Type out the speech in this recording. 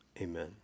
Amen